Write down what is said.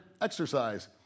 exercise